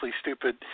stupid